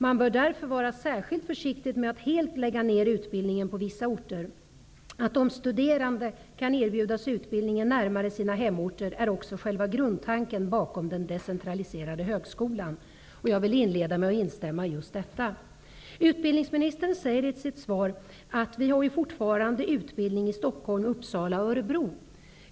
Man bör därför vara särskilt försiktig med att helt lägga ner utbildningen på vissa orter. Att de studerande kan erbjudas utbildningen närmare sina hemorter är också själva grundtanken bakom den decentraliserade högskolan.'' Jag vill instämma i just detta. Utbildningsministern säger i sitt svar att vi fortfarande har utbildning i Stockholm, Uppsala och Örebro.